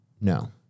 No